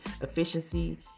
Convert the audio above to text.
efficiency